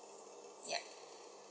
yup